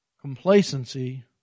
Complacency